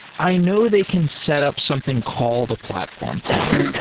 i know they can set up something called a platform team.